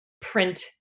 print